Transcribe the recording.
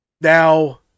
Now